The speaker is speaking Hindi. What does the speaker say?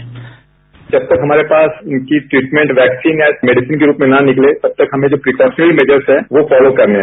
बाइट जब तक हमारे पास इनकी ट्रीटमेंट वैक्सीन या मेडिसन के रूप में ना निकले तब तक हमें जो प्रिकॉशनरी मैजर्स हैं वो फॉलो करने हैं